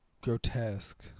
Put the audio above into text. grotesque